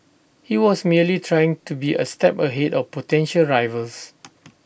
he was merely trying to be A step ahead of potential rivals